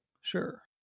Sure